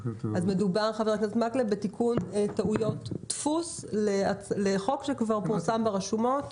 מדובר בתיקון טעויות דפוס לחוק שכבר פורסם ברשומות.